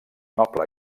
noble